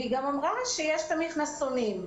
והיא גם אמרה שיש לילדה מכנסונים.